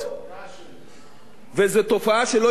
וזו תופעה שלא התחילה היום ולא אתמול,